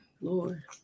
Lord